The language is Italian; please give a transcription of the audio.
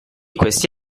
questi